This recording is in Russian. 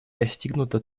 достигнута